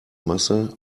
masse